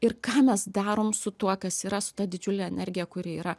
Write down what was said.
ir ką mes darom su tuo kas yra su ta didžiulė energija kuri yra